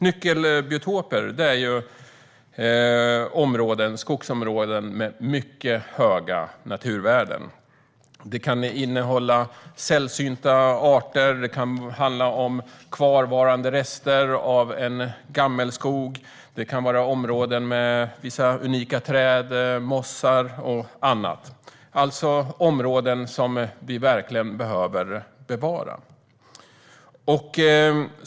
Nyckelbiotoper är skogsområden med mycket höga naturvärden. De kan innehålla sällsynta arter, det kan handla om kvarvarande rester av en gammelskog och det kan vara områden med vissa unika träd, mossar och annat. Det är alltså områden som vi verkligen behöver bevara.